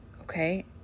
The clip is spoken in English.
Okay